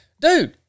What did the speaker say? dude